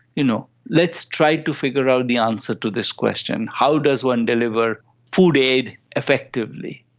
you know, let's try to figure out the answer to this question. how does one deliver food aid effectively?